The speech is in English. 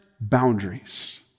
boundaries